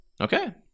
Okay